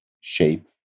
shape